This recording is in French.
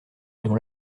dont